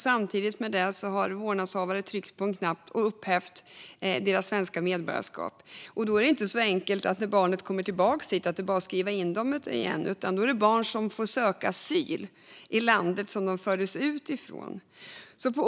Samtidigt har vårdnadshavaren tryckt på en knapp och upphävt deras svenska medborgarskap. Då är det inte så enkelt som att barnen när de kommer tillbaka hit bara kan skrivas in igen, utan då får barnen söka asyl i landet som de fördes ut ur.